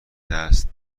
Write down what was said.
دست